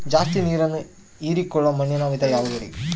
ಜಾಸ್ತಿ ನೇರನ್ನ ಹೇರಿಕೊಳ್ಳೊ ಮಣ್ಣಿನ ವಿಧ ಯಾವುದುರಿ?